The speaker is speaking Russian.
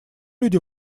люди